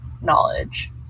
knowledge